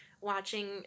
watching